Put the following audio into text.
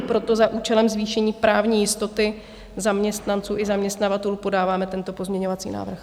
Proto za účelem zvýšení právní jistoty zaměstnanců i zaměstnavatelů podáváme tento pozměňovací návrh.